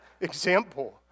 example